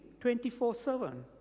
24-7